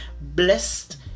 Blessed